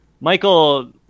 Michael